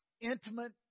intimate